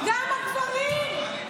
גם הגברים,